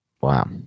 Wow